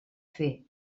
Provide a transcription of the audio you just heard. fer